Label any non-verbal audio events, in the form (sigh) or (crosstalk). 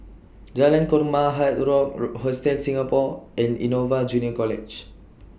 Jalan Korma Hard Rock (noise) Hostel Singapore and Innova Junior College